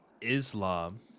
islam